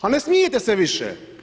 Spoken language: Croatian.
Pa ne smijete se više?